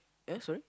uh sorry